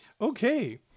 Okay